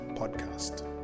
Podcast